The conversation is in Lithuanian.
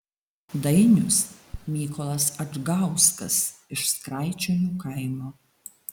dainius mykolas adžgauskas iš skraičionių kaimo